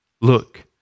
look